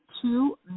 two